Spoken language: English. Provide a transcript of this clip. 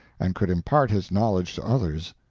and could impart his knowledge to others.